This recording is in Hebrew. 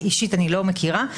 אישית אני לא מכירה.